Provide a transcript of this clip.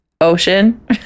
ocean